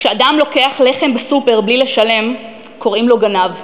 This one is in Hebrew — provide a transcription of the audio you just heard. כשאדם לוקח לחם בסופר בלי לשלם קוראים לו גנב,